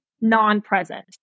non-present